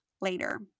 later